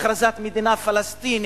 הכרזת מדינה פלסטינית,